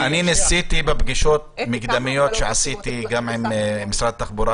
ההגבלה הזאת למעשה מתייתרת כי היא לא באה לידי ביטוי במחשבים